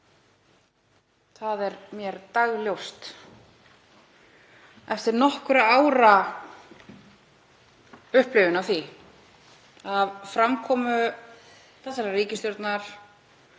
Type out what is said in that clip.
Það er mér dagljóst eftir nokkurra ára upplifun af framkomu þessarar ríkisstjórnar,